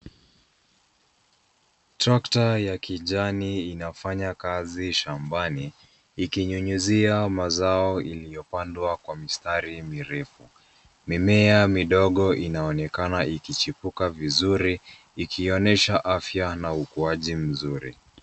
Tractor ya kijani inafanya kazi shambani ikinyunyuzia mazao iliyopandwa kwa mistari mirefu. Mimea midogo inaonekana ikichupuka vizuri ikionyesha afya na ukuwaji mzuri.